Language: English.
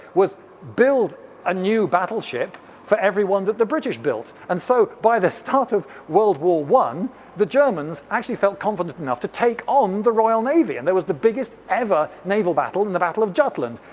was build a new battleship for every one that the british built. and so by the start of world war one the germans actually felt confident enough to take on the royal navy, and there was the biggest ever naval battle in the battle of jutland.